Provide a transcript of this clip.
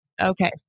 Okay